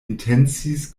intencis